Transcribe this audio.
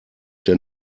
der